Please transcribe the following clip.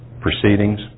proceedings